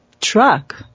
truck